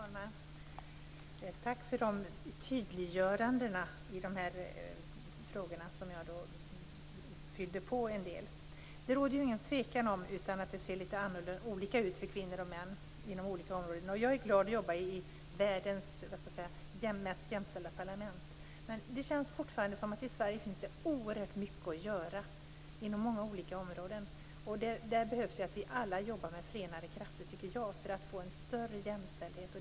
Fru talman! Tack för tydliggörandena i de frågor som jag fyllde på med. Det råder ingen tvekan om att det ser lite olika ut för kvinnor och män inom olika områden. Jag är glad att få jobba i världens mest jämställda parlament. Men det känns fortfarande som att det i Sverige finns oerhört mycket att göra inom många olika områden. Vi behöver alla arbeta med förenade krafter för att få en större jämställdhet.